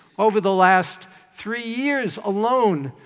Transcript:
over the last three years alone,